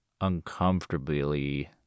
uncomfortably